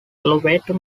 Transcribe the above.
elevator